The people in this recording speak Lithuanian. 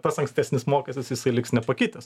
tas ankstesnis mokestis jisai liks nepakitęs